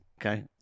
Okay